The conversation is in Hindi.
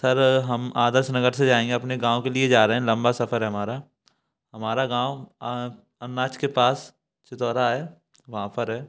सर हम आदर्शनगर से जाएँगे अपने गाँव के लिए जा रहें लम्बा सफर है हमारा हमारा गाँव अ अर्नाच के पास चितौरा है वहाँ पर है